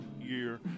year